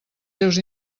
seus